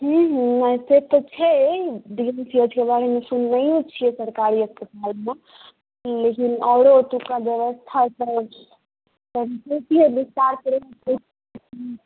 ई message तऽ छै D M C H के बारमे सुननैओ छियै सरकारी अस्पतालमे लेकिन आओरो ओतुक्का व्यवस्था सभ कनि समझैतियै विस्तारसँ